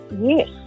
Yes